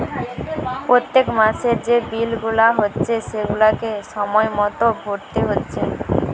পোত্তেক মাসের যে বিল গুলা হচ্ছে সেগুলাকে সময় মতো ভোরতে হচ্ছে